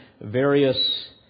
Various